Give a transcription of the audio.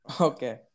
Okay